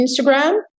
Instagram